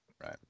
Right